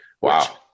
Wow